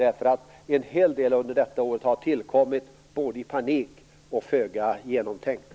En hel del förslag under detta år har tillkommit under panik och varit föga genomtänkta.